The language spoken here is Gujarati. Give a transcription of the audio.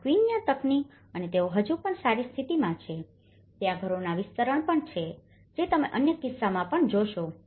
આ ક્વિન્ચા તકનીક અને તેઓ હજી પણ સારી સ્થિતિમાં છે અને ત્યાં ઘરોના વિસ્તરણ પણ છે જે તમે અન્ય કિસ્સાઓમાં પણ જોશો